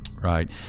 Right